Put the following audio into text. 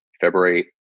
February